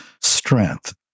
strength